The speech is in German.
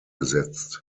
besetzt